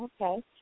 Okay